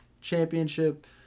championship